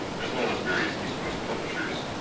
as well as various east coast publishers.